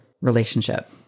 relationship